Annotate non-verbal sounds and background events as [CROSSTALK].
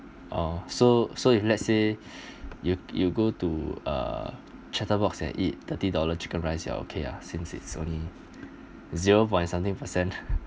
oh so so if let's say [BREATH] you you go to uh chatterbox and eat thirty dollar chicken rice you are okay ah since it's only zero point something percent